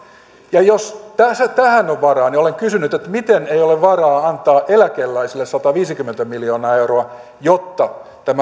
ja jos tähän on varaa niin olen kysynyt että miten ei ole varaa antaa eläkeläisille sataviisikymmentä miljoonaa euroa jotta